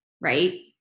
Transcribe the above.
right